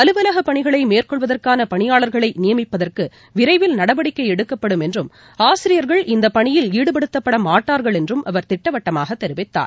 அலுவலகபணிகளைமேற்கொள்வதற்கானபணியாளர்களைநியமிப்பதற்குவிரைவில் நடவடிக்கைஎடுக்கப்படும் என்றும் ஆசிரியர்கள் இந்தபணியில் ஈடுபடுத்தப்படமாட்டார்கள் என்றுஅவர் திட்டவட்டமாகதெரிவித்தார்